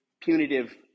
punitive